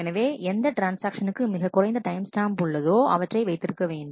எனவே எந்த ட்ரான்ஸ் ஆக்ஷனுக்கு மிகக்குறைந்த டைம்ஸ் ஸ்டாம்ப் உள்ளதோ அவற்றை வைத்திருக்க வேண்டும்